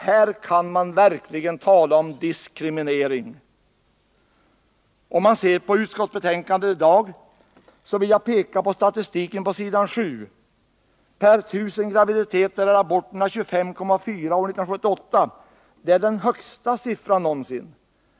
Här kan man verkligen tala om diskriminering. Jag vill peka på den statistik som finns på s. 7 i utskottsbetänkandet. Per 1000 graviditeter var aborterna 25,4 år 1978. Det är den högsta siffran någonsin.